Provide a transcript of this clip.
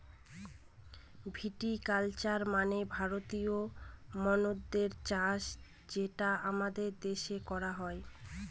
ভিটি culture মানে ভারতীয় মদ্যের চাষ যেটা আমাদের দেশে করা হয়